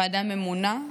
ועדה ממונה,